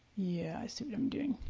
yeah, i see what i'm doing.